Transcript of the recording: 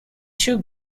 two